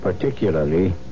particularly